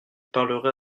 parlerai